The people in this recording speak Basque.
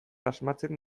asmatzen